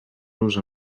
los